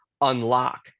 unlock